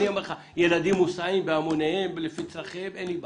אני אומר לך שילדים מוסעים בהמוניהם לפי צרכיהם ואין לי בעיה.